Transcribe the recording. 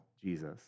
Jesus